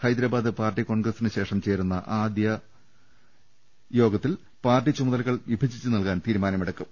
Hyderabad party കോൺഗ്രസിനുശേഷം ചേരുന്ന ആദ്യ കേന്ദ്രകമ്മിറ്റി യോഗത്തിൽ പാർട്ടി ചുമതലകൾ വിഭജിച്ചു നൽകാൻ തീരുമാനമെടുക്കും